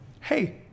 hey